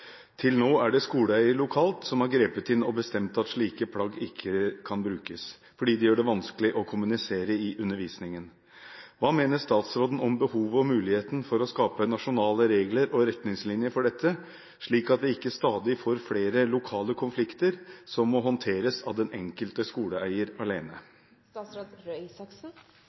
Til nå er det skoleeier lokalt som har grepet inn og bestemt at slike plagg ikke kan brukes, fordi det gjør det vanskelig å kommunisere i undervisningen. Hva mener statsråden om behovet og muligheten for å skape nasjonale regler og retningslinjer for dette, slik at vi ikke stadig får flere lokale konflikter som må håndteres av den enkelte skoleeier